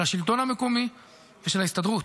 של השלטון המקומי ושל ההסתדרות.